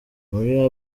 muri